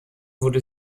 wurde